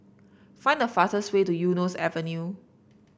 find the fastest way to Eunos Avenue